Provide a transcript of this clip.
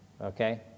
okay